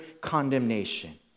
condemnation